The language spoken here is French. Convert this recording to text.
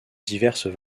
diverses